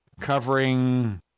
covering